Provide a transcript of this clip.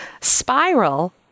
spiral